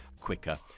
quicker